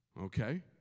Okay